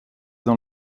dans